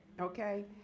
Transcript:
okay